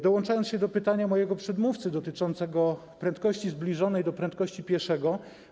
Dołączam się do pytania mojego przedmówcy dotyczącego prędkości zbliżonej do prędkości pieszego.